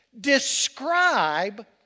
describe